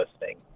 listening